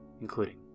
including